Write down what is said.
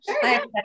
Sure